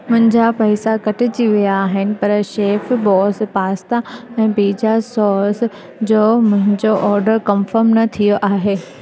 मुंहिंजा पैसा कटिजी विया आहिनि पर शेफ बॉस पास्ता ऐं पिज़्ज़ा सॉस जो मुंहिंजो ऑडर कन्फम न थियो आहे